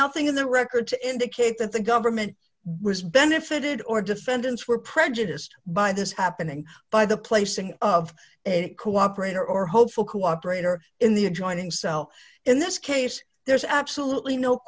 nothing in the record to indicate that the government was benefited or defendants were prejudiced by this happening by the placing of a cooperator or hopeful cooperator in the adjoining cell in this case there's absolutely no